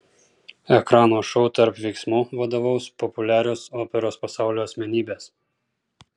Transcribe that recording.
ekrano šou tarp veiksmų vadovaus populiarios operos pasaulio asmenybės